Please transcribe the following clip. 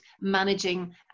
managing